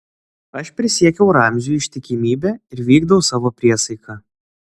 aš prisiekiau ramziui ištikimybę ir vykdau savo priesaiką